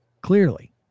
Clearly